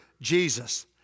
Jesus